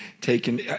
taken